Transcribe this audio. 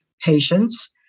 patients